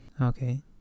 Okay